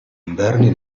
inverni